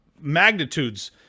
magnitudes